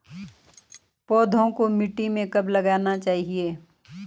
पौधों को मिट्टी में कब लगाना चाहिए?